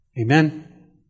Amen